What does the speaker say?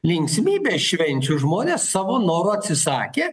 linksmybės švenčių žmonės savo noru atsisakė